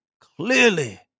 Clearly